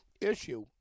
issue